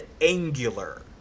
angular